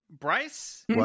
Bryce